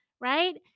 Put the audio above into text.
right